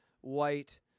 white